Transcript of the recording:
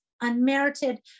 unmerited